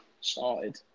started